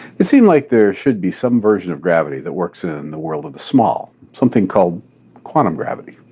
it seems like there should be some version of gravity that works in the world of the small something called quantum gravity.